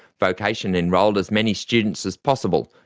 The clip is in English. vocation enrolled as many students as possible,